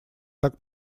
так